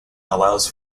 allows